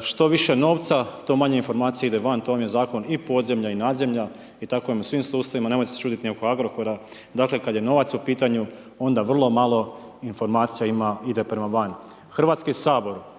što više novca, to manje informacija ide van, to vam je zakon i podzemlja i nad zemlja i tako vam je u svim sustavima, nemojte se čuditi ni oko Agrokora, dakle kada je novac u pitanju onda vrlo malo informacija ima, ide prema van. Hrvatski sabor